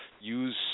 use